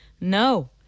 no